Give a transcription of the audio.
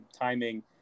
timing